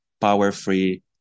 power-free